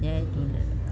Jay Jhulelal